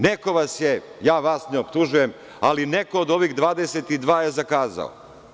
Neko vas je, ja vas ne optužujem, ali neko od ovih 22 je zakazao.